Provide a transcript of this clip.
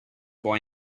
boy